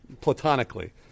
platonically